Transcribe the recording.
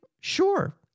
Sure